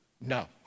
No